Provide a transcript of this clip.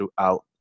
throughout